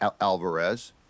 Alvarez